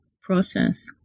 process